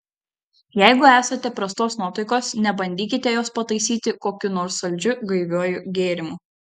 jeigu esate prastos nuotaikos nebandykite jos pataisyti kokiu nors saldžiu gaiviuoju gėrimu